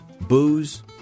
booze